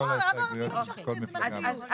כל היתר בעצם הקראנו.